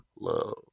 love